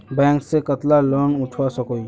Bank से कतला loan उठवा सकोही?